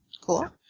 Cool